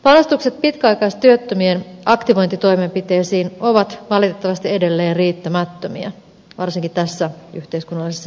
panostukset pitkäaikaistyöttömien aktivointitoimenpiteisiin ovat valitettavasti edelleen riittämättömiä varsinkin tässä yhteiskunnallisessa tilanteessa